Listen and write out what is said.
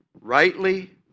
Rightly